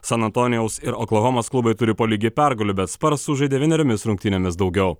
san antonijaus ir oklahomos klubai turi po lygiai pergalių bet spars sužaidė vieneriomis rungtynėmis daugiau